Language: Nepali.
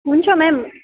हुन्छ मेम